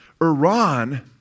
Iran